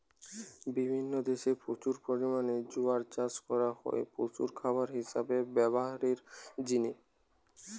বিভিন্ন দেশে প্রচুর পরিমাণে জোয়ার চাষ করা হয় পশুর খাবার হিসাবে ব্যভারের জিনে